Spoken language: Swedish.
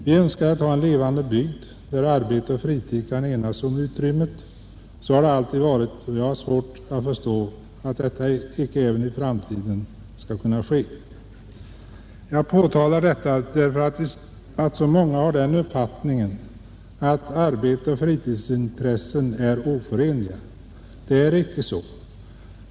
Vi önskar ha en levande bygd där arbete och fritid kan enas om utrymmet. Så har det alltid varit, och jag har svårt att förstå att det icke skall kunna vara så även i framtiden. Jag påtalar detta därför att så många har den uppfattningen att arbete och fritidsintressen är oförenliga. Det är icke så.